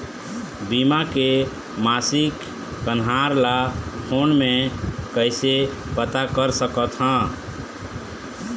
बीमा के मासिक कन्हार ला फ़ोन मे कइसे पता सकत ह?